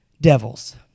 devils